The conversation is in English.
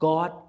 God